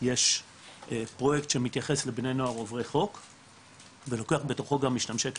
יש פרויקט שמתייחס לבני נוער עוברי חוק ולוקח בתוכו גם משתמשי קנאביס,